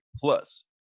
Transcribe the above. plus